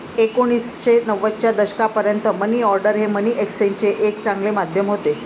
एकोणीसशे नव्वदच्या दशकापर्यंत मनी ऑर्डर हे मनी एक्सचेंजचे एक चांगले माध्यम होते